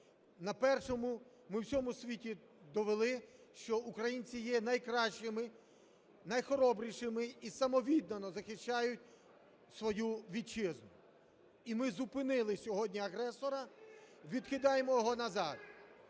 На першому ми всьому світі довели, що українці є найкращими, найхоробрішими і самовіддано захищають свою Вітчизну. І ми зупинили сьогодні агресора, відкидаємо його назад.